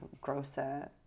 grosser